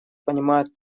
понимают